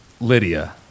Lydia